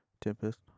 Tempest